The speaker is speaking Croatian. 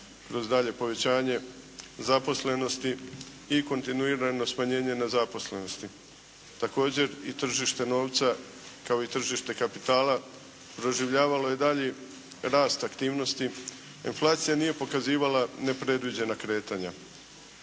kroz daljnje povećanje zaposlenosti i kontinuirano smanjenje nezaposlenosti. Također i tržište novca kao i tržište kapitala doživljavalo je dalji rast aktivnosti. Inflacija nije pokazivala nepredviđena kretanja.